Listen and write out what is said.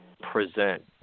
present